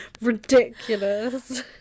ridiculous